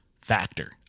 factor